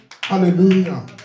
Hallelujah